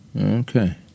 Okay